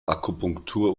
akupunktur